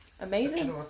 Amazing